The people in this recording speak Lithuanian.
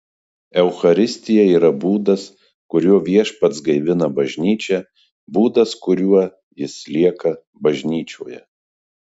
eucharistija yra būdas kuriuo viešpats gaivina bažnyčią būdas kuriuo jis lieka bažnyčioje